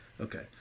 okay